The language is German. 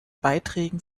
beiträgen